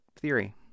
theory